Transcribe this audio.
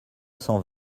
cent